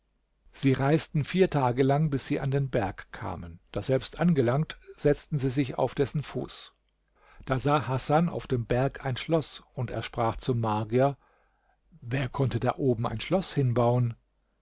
sie reisten vier tage lang bis sie an den berg kamen daselbst angelangt setzten sie sich auf dessen fuß da sah hasan auf dem berg ein schloß und er sprach zum magier wer konnte da oben ein schloß hinbauen